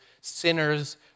sinners